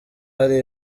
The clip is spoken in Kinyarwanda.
hari